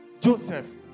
Joseph